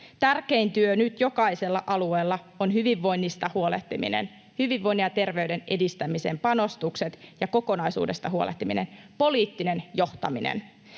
Tärkein työ nyt jokaisella alueella on hyvinvoinnista huolehtiminen, hyvinvoinnin ja terveyden edistämisen panostukset ja kokonaisuudesta huolehtiminen, poliittinen johtaminen.